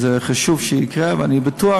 חשוב שזה יקרה, ואני בטוח